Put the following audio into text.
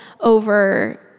over